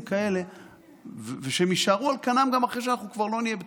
כאלה ושהם יישארו על כנם גם אחרי שאנחנו כבר לא נהיה בתפקיד,